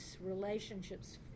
relationships